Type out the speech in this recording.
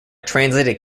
translated